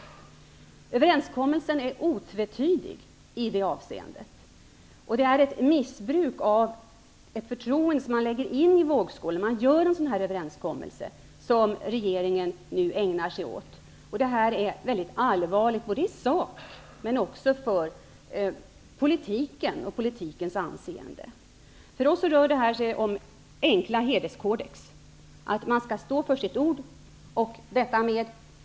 Överenskommelsen är otvetydig i detta avseende. Regeringen ägnar sig nu åt ett missbruk av det förtroende som man lägger i vågskålen när man träffar en sådan här överenskommelse. Detta är mycket allvarligt, både i sak och för politiken och dess anseende. För oss handlar detta om enkla hederskodex, att man skall stå vid sitt ord.